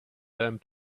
lamp